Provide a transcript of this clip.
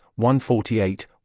148